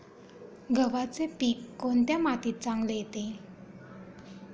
गव्हाचे पीक कोणत्या मातीत चांगले येते?